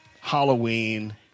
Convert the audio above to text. Halloween